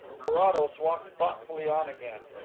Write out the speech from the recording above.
carrados walked thoughtfully on again.